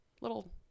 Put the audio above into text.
little